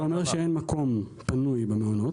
זה אומר שאין מקום פנוי במעונות.